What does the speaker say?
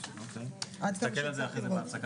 אוקי, נסתכל על זה אחרי זה בהפסקה.